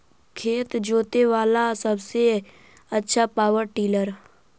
खेत जोते बाला सबसे आछा पॉवर टिलर?